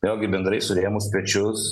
vėlgi bendrai surėmus pečius